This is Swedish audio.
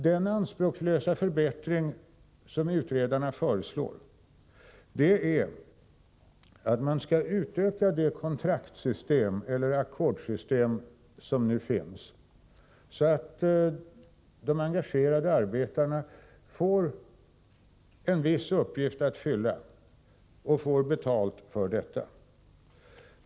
Den anspråkslösa förbättring som utredarna föreslår innebär att man skall utöka det kontraktssystem eller ackordssystem som nu finns, så att de engagerade arbetarna får en viss uppgift att fylla och får betalt för detta.